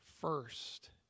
first